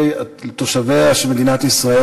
לתושביה של מדינת ישראל,